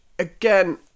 Again